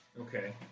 okay